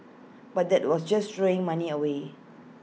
but that was just throwing money away